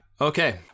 Okay